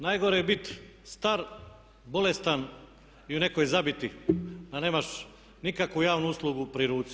Najgore je biti star, bolestan i u nekoj zabiti a nemaš nikakvu javnu uslugu pri ruci.